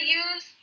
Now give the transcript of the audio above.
use